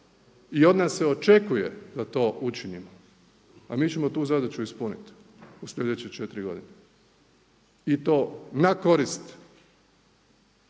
I od nas se očekuje da to učinimo a mi ćemo tu zadaću ispuniti u sljedeće 4 godine i to na korist